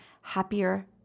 happier